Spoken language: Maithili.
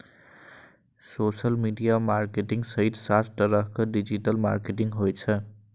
सोशल मीडिया मार्केटिंग सहित सात तरहक डिजिटल मार्केटिंग होइ छै